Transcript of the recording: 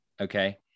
Okay